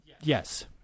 Yes